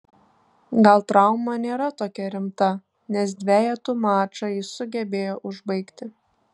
gal trauma nėra tokia rimta nes dvejetų mačą jis sugebėjo užbaigti